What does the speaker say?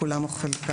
כולם או חלקם.